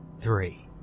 three